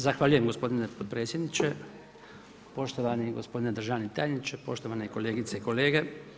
Zahvaljujem gospodine potpredsjedniče, poštovani gospodine državni tajniče, poštovane kolegice i kolege.